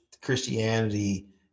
Christianity